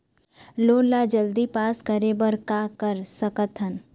Loan ला जल्दी pass करे बर का कर सकथन?